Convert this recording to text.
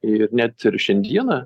ir net ir šiandieną